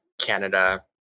Canada